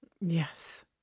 Yes